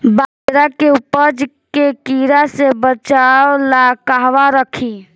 बाजरा के उपज के कीड़ा से बचाव ला कहवा रखीं?